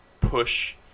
push